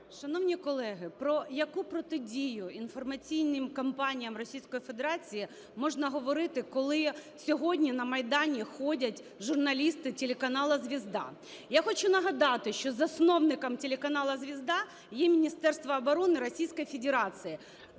Шановні колеги, про яку протидію інформаційним кампаніям Російської Федерації можна говорити, коли сьогодні на Майдані ходять журналісти телеканалу "Звезда"? Я хочу нагадати, що засновником телеканалу "Звезда" є Міністерство оборони Російської Федерації,